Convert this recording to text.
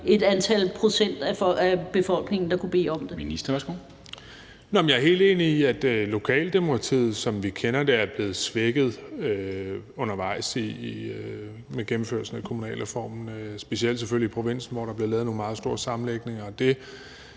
Indenrigs- og boligministeren (Kaare Dybvad Bek): Jeg er helt enig i, at lokaldemokratiet, som vi kender det, er blevet svækket undervejs med gennemførelsen af kommunalreformen, selvfølgelig specielt i provinsen, hvor der er blevet lavet nogle meget store sammenlægninger.